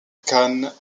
khan